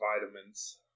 vitamins